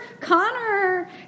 Connor